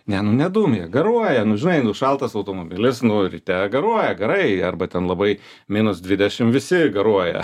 ne nu dūmija garuoja nu žinai nu šaltas automobilis nu ryte garuoja garai arba ten labai minus dvidešim visi garuoja